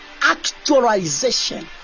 actualization